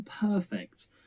perfect